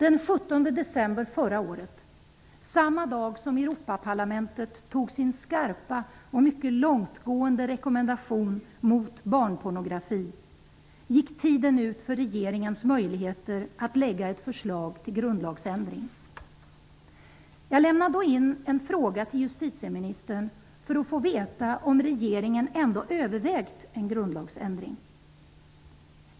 Europaparlamentet beslutade om sin skarpa och mycket långtgående rekommendation mot barnpornografi, gick tiden ut för regeringens möjligheter att lägga fram ett förslag till grundlagsändring. Jag lämnade då in en fråga till justitieministern för att få veta om regeringen ändå hade övervägt en grundlagsändring.